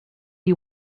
you